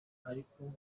ariko